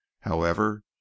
However